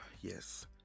yes